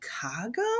Chicago